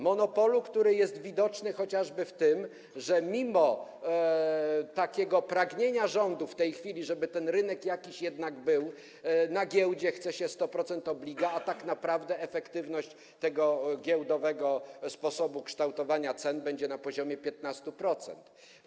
Monopolu, który jest widoczny chociażby w tym, że mimo takiego pragnienia rządu w tej chwili, żeby ten rynek jednak był, na giełdzie chce się 100% obliga, a tak naprawdę efektywność tego giełdowego sposobu kształtowania cen będzie na poziomie 15%.